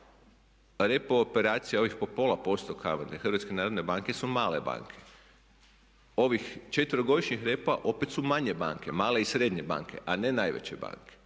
repo operacija ovih po pola posto kamate HNB-a su male banke. Ovih četverogodišnjih repa opet su manje banke, male i srednje banke a ne najveće banke.